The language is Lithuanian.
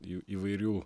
jų įvairių